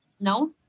No